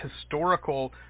historical